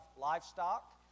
livestock